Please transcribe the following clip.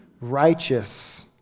righteous